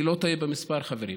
אני לא טועה במספר, חברים.